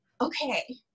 okay